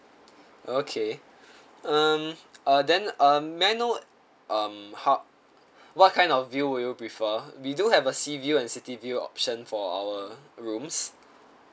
okay um uh then uh may I know um how what kind of view will you prefer we do have a sea view and city view option for our rooms